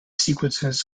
sequences